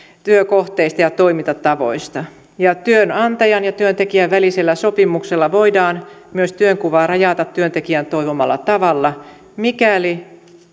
työkohteista ja toimintatavoista ja työnantajan ja työntekijän välisillä sopimuksilla voidaan myös työnkuvaa rajata työntekijän toivomalla tavalla mikäli